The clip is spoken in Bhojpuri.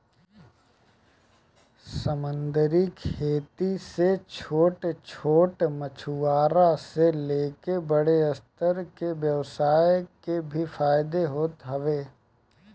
समंदरी खेती से छोट छोट मछुआरा से लेके बड़ स्तर के व्यवसाय के भी फायदा होत हवे